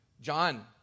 John